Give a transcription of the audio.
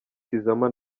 tizama